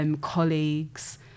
colleagues